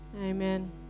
Amen